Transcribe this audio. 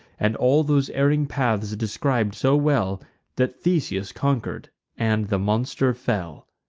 and all those erring paths describ'd so well that theseus conquer'd and the monster fell.